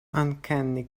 uncanny